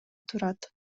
турат